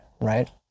right